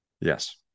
Yes